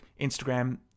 Instagram